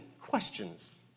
questions